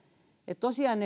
tosiaan